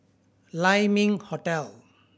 Lai Ming Hotel